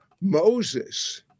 Moses